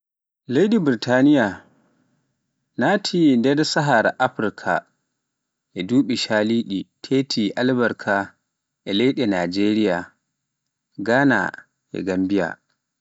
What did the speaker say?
Leydi Burtaniya, naati nder sahara Afrika e duɓi calidi nden titi albarka leyde ba Najeriya, Ghana e Gambiya.